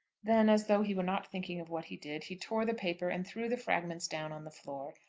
then, as though he were not thinking of what he did, he tore the paper and threw the fragments down on the floor.